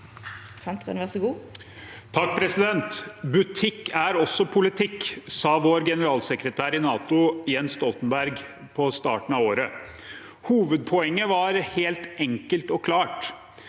(A) Butikk er også politikk, sa vår generalsekretær i NATO, Jens Stoltenberg, på starten av året. Hovedpoenget var helt enkelt og klart: